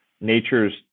nature's